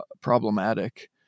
problematic